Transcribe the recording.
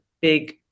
big